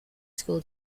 school